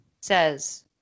says